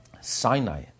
Sinai